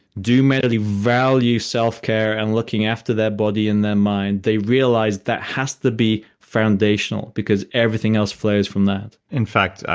do merely value self care and looking after their body and their mind. they realize that has to be foundational because everything else flows from that. in fact,